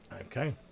okay